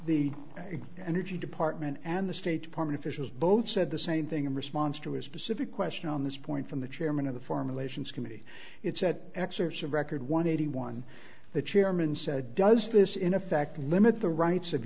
the energy department and the state department officials both said the same thing in response to a specific question on this point from the chairman of the foreign relations committee it said excerpts of record one eighty one the chairman said does this in effect limit the rights of